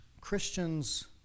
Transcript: Christians